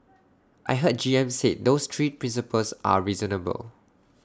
I heard G M said those three principles are reasonable